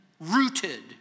rooted